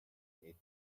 eight